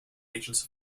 agents